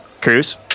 Cruz